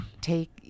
take